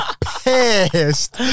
pissed